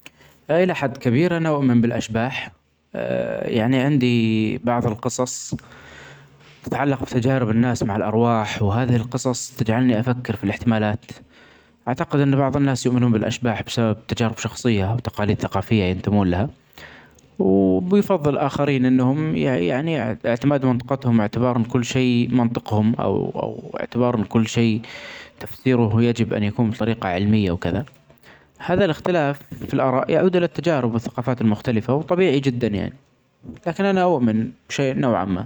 إلي حد كبير أنا أؤمن بالأشباح يعني عندي بعض القصص تتعلق بتجارب الناس مع الأرواح ، وهذه القصص تجعلني أفكر في الإحتمالات .أعتقد أن بعض الناس يؤمنون بالأشباح بسبب تجارب الشخصية أو تقاليد ثقافية ينتموون لها و بيفظل الآخرين أنهم أعتمادهم وأنتقادهم أعتبار كل شئ منطقهم أو أو أعتبار كل شئ تفسيرة يجب أن يكون بطريقة علمية وكذا هذا الإختلاف في الآراء يعود إلي التجارب والثقافات المختلفة ، وطبيعي جدا يعني ،لكن أنا أؤمن بشئ نوع ما.